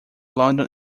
london